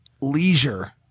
Leisure